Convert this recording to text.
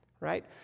right